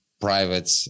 private